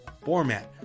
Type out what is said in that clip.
format